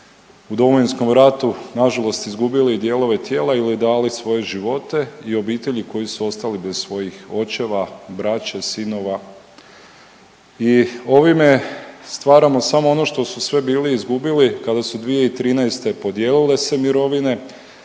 u Domovinskom ratu nažalost izgubili dijelove tijela ili dali svoje živote i obitelji koji su ostali bez svojih očeva, braće, sinova i ovime stvaramo samo ono što su sve bili izgubili kada su 2013. podijelile se mirovine,